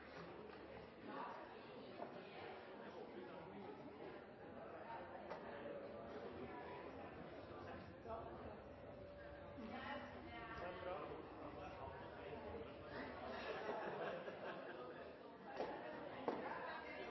som så avgjort er